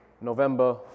November